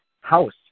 House